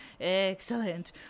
Excellent